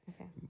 Okay